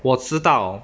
我知道